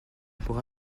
pour